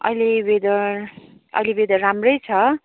अहिले वेदर अहिले वेदर राम्रै छ